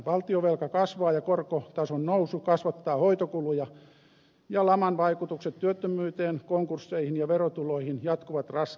valtionvelka kasvaa ja korkotason nousu kasvattaa hoitokuluja ja laman vaikutukset työttömyyteen konkursseihin ja verotuloihin jatkuvat raskaina